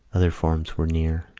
other forms were near.